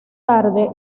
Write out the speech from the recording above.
tarde